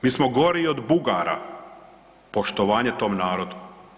Mi smo gori od Bugara, poštovanje tom narodu.